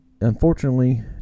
unfortunately